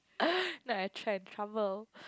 now I try and trouble